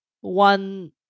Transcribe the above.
one